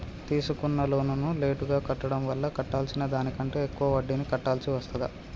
తీసుకున్న లోనును లేటుగా కట్టడం వల్ల కట్టాల్సిన దానికంటే ఎక్కువ వడ్డీని కట్టాల్సి వస్తదా?